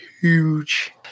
huge